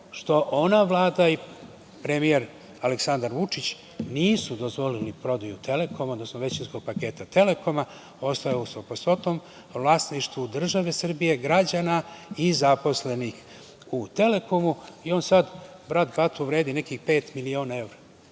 što ona vlada i premijer Aleksandar Vučić nisu dozvolili prodaju „Telekoma“, odnosno većinskog paketa „Telekoma“. Ostao je u stopostotnom vlasništvu države Srbije, građana i zaposlenih u „Telekomu“. On sad vredi nekih pet miliona evra.